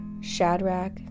Shadrach